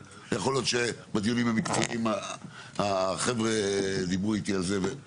יכול להיות שהחבר'ה דיברו איתי על זה בדיונים המקצועיים.